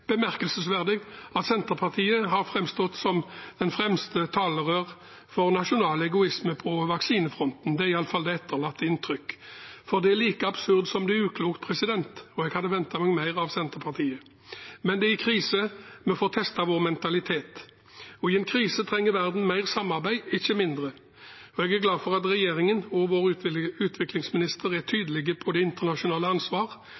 bemerkelsesverdig at Senterpartiet har framstått som det fremste talerør for nasjonal egoisme på vaksinefronten. Det er iallfall det etterlatte inntrykket. For det er like absurd som det er uklokt, og jeg hadde ventet meg mer av Senterpartiet. Men det er i krise vi får testet vår mentalitet, og i en krise trenger verden mer samarbeid, ikke mindre. Jeg er glad for at regjeringen og vår utviklingsminister er tydelige på det internasjonale ansvaret: